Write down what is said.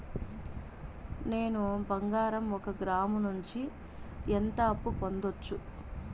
నేను బంగారం ఒక గ్రాము నుంచి ఎంత అప్పు పొందొచ్చు